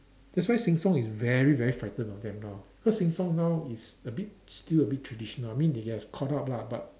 that's why Sheng-Siong is very very frightened of them now cause Sheng-Siong now is a bit still a bit traditional I mean it has caught up lah but